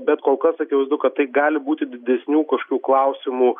bet kol kas akivaizdu kad tai gali būti didesnių kažkokių klausimų